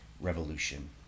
revolution